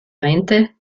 rente